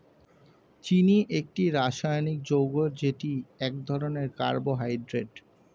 চিনি একটি রাসায়নিক যৌগ যেটি এক ধরনের কার্বোহাইড্রেট